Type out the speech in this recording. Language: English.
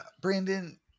Brandon